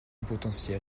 potentiel